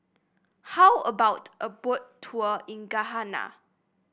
how about a Boat Tour in Ghana